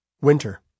Winter